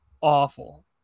awful